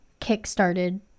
kickstarted